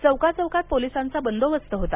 चौका चौकात पोलिसांचा बंदोबस्त होता